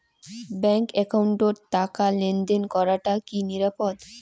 Bank একাউন্টত টাকা লেনদেন করাটা কি নিরাপদ?